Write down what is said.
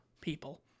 people